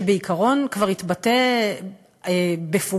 שבעיקרון כבר התבטא בפומבי,